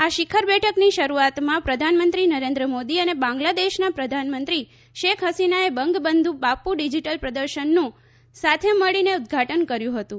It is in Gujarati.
આ શિખર બેઠકની શરૂઆતમાં પ્રધાનમંત્રી નરેન્દ્ર મોદી અને બાંગ્લાદેશના પ્રધાનમંત્રી શેખ હસીનાએ બંગબંધુ બાપુ ડિજીટલ પ્રદર્શનનું સાથે મળીને ઉદઘાટન કર્યું હતું